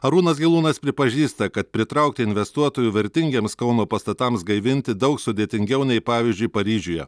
arūnas gelūnas pripažįsta kad pritraukti investuotojų vertingiems kauno pastatams gaivinti daug sudėtingiau nei pavyzdžiui paryžiuje